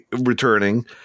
returning